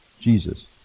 Jesus